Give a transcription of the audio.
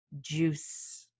juice-